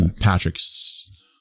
Patrick's